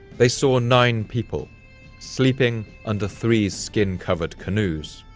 they saw nine people sleeping under three skin-covered canoes.